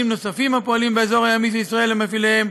נוספים הפועלים באזור הימי של ישראל ולמפעיליהם,